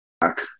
back